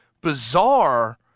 bizarre